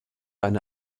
eine